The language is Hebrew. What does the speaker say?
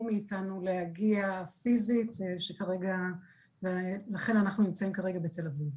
מאיתנו להגיע אליכם באופן פיזי ולכן אנחנו נמצאים כרגע בתל אביב.